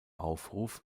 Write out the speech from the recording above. aufruf